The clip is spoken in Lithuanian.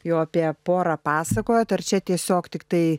jau apie porą pasakojot ar čia tiesiog tiktai